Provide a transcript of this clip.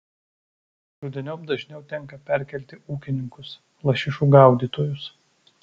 rudeniop dažniau tenka perkelti ūkininkus lašišų gaudytojus